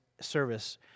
service